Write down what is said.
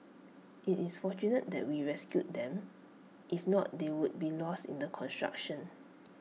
IT is fortunate that we rescued them if not they would be lost in the construction